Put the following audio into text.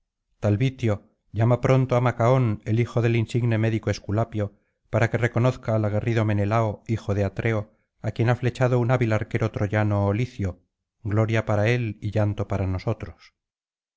taltibio llama pronto á macaón el hijo del insigne médico esculapio para que reconozca al aguerrido menelao hijo de atreo á quien ha flechado un hábil arquero troyano ó licio gloria para él y llanto para nosotros